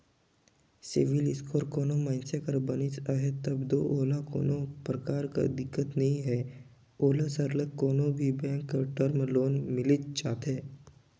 CIBIL score कोनो मइनसे कर बनिस अहे तब दो ओला कोनो परकार कर दिक्कत नी हे ओला सरलग कोनो भी बेंक कर टर्म लोन मिलिच जाथे